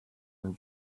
than